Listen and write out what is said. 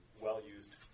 well-used